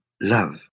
love